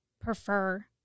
prefer